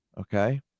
Okay